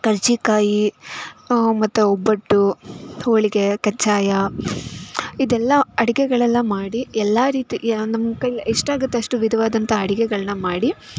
ಕರ್ಜಿಕಾಯೀ ಮತ್ತು ಒಬ್ಬಟ್ಟು ಹೋಳಿಗೆ ಕಜ್ಜಾಯ ಇದೆಲ್ಲ ಅಡುಗೆಗಳೆಲ್ಲ ಮಾಡಿ ಎಲ್ಲ ರೀತಿಯ ನಮ್ಮ ಕೈಯಲ್ ಎಷ್ಟು ಆಗುತ್ತೆ ಅಷ್ಟು ವಿಧವಾದಂಥ ಅಡುಗೆಗಳ್ನ ಮಾಡಿ